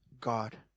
God